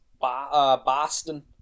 Boston